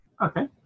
Okay